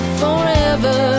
forever